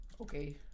okay